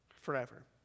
forever